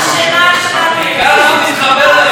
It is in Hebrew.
העיקר שתתחבר למקור של אנרגיה.